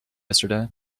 yesterday